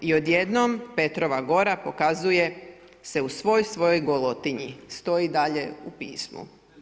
I odjednom Petrova gora pokazuje se u svoj svojoj golotinji stoji dalje u pismu.